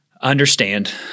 understand